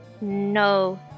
No